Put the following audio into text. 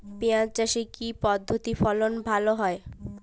পিঁয়াজ চাষে কি পদ্ধতিতে ফলন ভালো হয়?